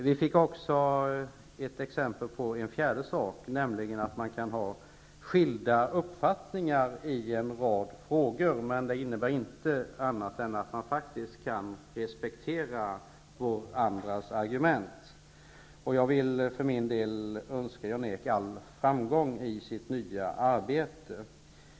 Vi fick också ett exempel på en fjärde sak, nämligen att man kan ha skilda uppfattningar i en rad frågor utan att det innebär något annat än att man kan respektera varandras argument. Jag vill för min del önska Jan-Erik Wikström all framgång i hans nya arbete.